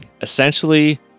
Essentially